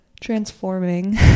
Transforming